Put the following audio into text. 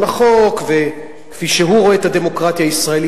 החוק וכפי שהוא רואה את הדמוקרטיה הישראלית,